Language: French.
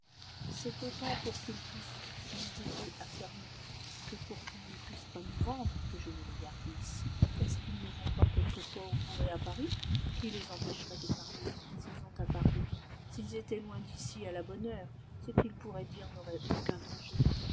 c'est autant pour qu'ils puissent nous aider à faire nos coups que pour qu'ils ne puissent pas nous vendre que je veux les garder ici est-ce qu'ils ne vont pas quelquefois au bourg et à paris qui les empêcherait de parler s'ils ont à parler s'ils étaient loin d'ici à la bonne heure ce qu'ils pourraient dire n'aurait aucun danger